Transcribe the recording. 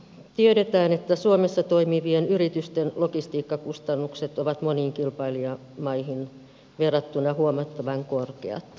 tiedetään että suomessa toimivien yritysten logistiikkakustannukset ovat moniin kilpailijamaihin verrattuna huomattavan korkeat